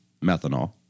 methanol